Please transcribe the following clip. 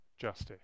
justice